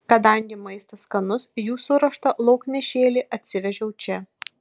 kadangi maistas skanus jų suruoštą lauknešėlį atsivežiau čia